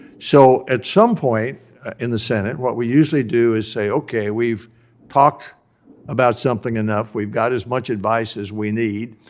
so, at some point in the senate, what we usually do is say, okay, we've talked about something enough. we've got as much advice as we need.